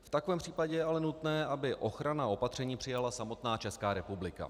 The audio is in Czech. V takovém případě je ale nutné, aby ochranná opatření přijala samotná Česká republika.